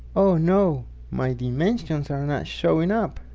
oh no my dimensions are not showing up